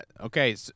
Okay